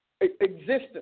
existence